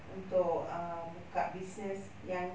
untuk err buka business yang